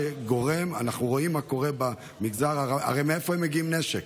הרי מאיפה הם מביאים נשק?